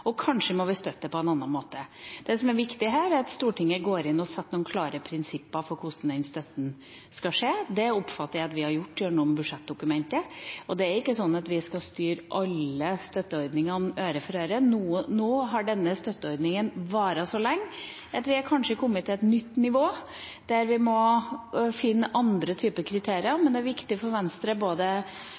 og kanskje må vi støtte dem på en annen måte. Det som er viktig, er at Stortinget nedsetter noen klare prinsipper for hvordan den støtten skal være. Det oppfatter jeg at vi har gjort gjennom budsjettdokumentet. Vi skal ikke styre alle støtteordningene øre for øre. Nå har denne støtteordninga vart så lenge at vi kanskje er kommet til et nytt nivå, der vi må finne andre kriterier. Men for Venstre er det viktig å ha både det lokale spleiselaget og noen motorer innenfor Festival-Norge. Jeg takker for